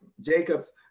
Jacob's